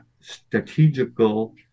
strategical